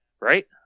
right